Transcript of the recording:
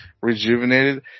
rejuvenated